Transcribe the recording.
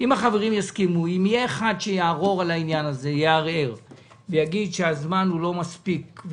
יהיה אחד שיערער על העניין ויגיד שהזמן לא מספיק,